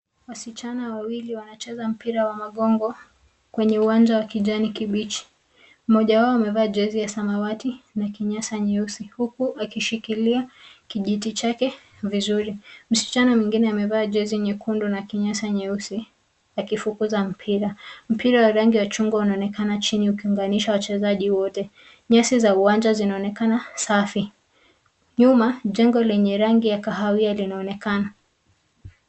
Wasichana wawili wanacheza mpira wa magongo kwenye uwanja wa kijani kibichi. Mmoja wao amevaa jezi ya samawati na kaptula nyeusi huku akishikilia kijiti chake vizuri. Msichana mwingine amevaa jezi nyekundu na kaptula nyeusi akifukuza mpiria. Mpira wa rangi ya chungwa unaonekana chini ukiunganisha wachezaji wote. Nyasi za uwanja zinaonekana safi. Nyuma jengo lenye rangi la kahawia linaonekana.